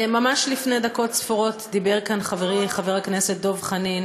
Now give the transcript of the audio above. ממש לפני דקות ספורות דיבר כאן חברי חבר הכנסת דב חנין